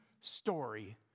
story